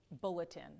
bulletin